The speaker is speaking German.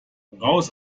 raus